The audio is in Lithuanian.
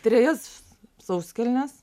trejas sauskelnes